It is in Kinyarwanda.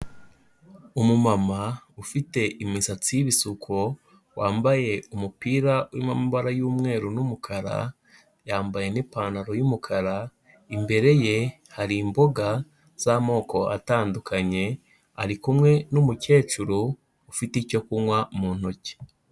Umumama ufite imisatsi y'ibisuko, wambaye umupira urimo amabara y'umweru n'umukara, yambaye n'ipantaro y'umukara, imbere ye hari imboga z'amoko atandukanye, ari kumwe n'umukecuru ufite icyo kunywa mu ntoki.